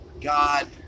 God